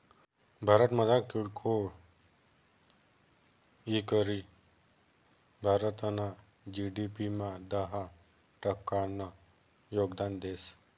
भारतमझार कीरकोय इकरी भारतना जी.डी.पी मा दहा टक्कानं योगदान देस